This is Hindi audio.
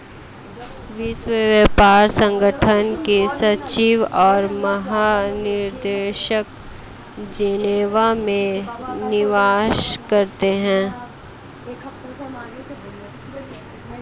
विश्व व्यापार संगठन के सचिव और महानिदेशक जेनेवा में निवास करते हैं